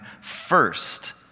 first